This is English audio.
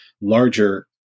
larger